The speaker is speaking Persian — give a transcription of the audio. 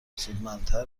سودمندتر